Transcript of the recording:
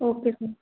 okay sir